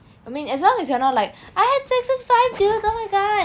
I mean as long as you're not like I had sex with five dudes oh my god